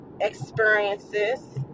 experiences